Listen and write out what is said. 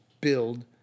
build